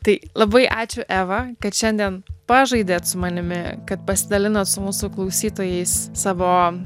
tai labai ačiū eva kad šiandien pažaidė su manimi kad pasidalinot su mūsų klausytojais savo